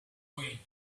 ruined